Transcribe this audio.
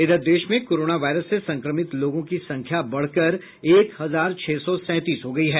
इधर देश में कोरोना वायरस से संक्रमित लोगों की संख्या बढ़कर एक हजार छह सौ सैंतीस हो गई है